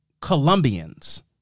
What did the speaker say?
Colombians